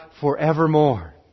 forevermore